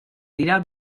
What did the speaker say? dira